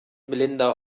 melinda